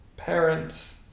parents